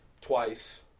twice